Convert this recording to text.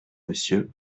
monsieur